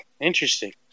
interesting